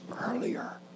earlier